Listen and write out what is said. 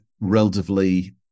relatively